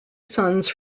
sons